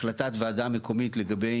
החלטת ועדה המקומית לגבי,